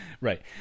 right